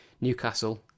Newcastle